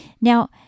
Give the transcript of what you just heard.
Now